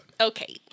Okay